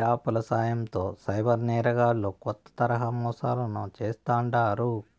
app ల సాయంతో cyber నేరగాల్లు కొత్త తరహా మోసాలను చేస్తాండారు